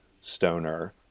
stoner